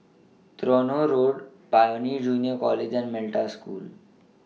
Tronoh Road Pioneer Junior College and Metta School